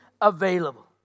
available